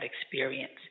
experience